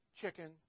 chicken